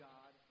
God